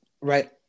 right